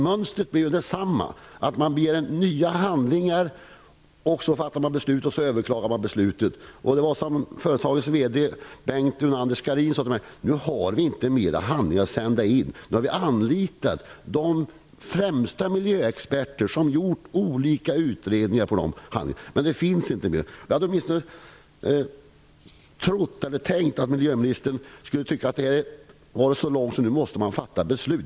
Mönstret är detsamma, nämligen att det begärs in nya handlingar, att det fattas beslut och att beslutet överklagas. Företagets vd Bengt Unander-Scharin har sagt till mig att man inte har mera handlingar att sända in, att man har anlitat de främsta miljöexperterna, som har gjort olika utredningar, men att det nu inte finns mer att göra. Jag hade åtminstone trott att miljöministern skulle tycka att det har gått så lång tid att ett beslut nu måste fattas.